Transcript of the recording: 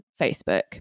Facebook